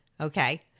Okay